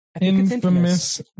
Infamous